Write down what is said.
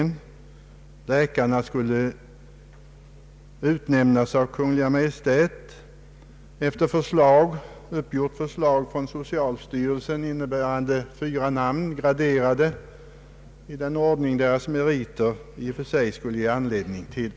Överläkarna skulle alltså alltjämt utnämnas av Kungl. Maj:t efter förslag uppgjort av socialstyrelsen, upptagande namnen på fyra läkare, graderade i den ordning deras meriter ger anledning till.